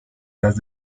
las